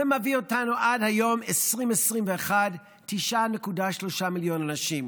זה מביא אותנו עד היום, 2021. 9.3 מיליון אנשים.